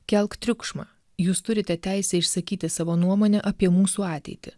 kelk triukšmą jūs turite teisę išsakyti savo nuomonę apie mūsų ateitį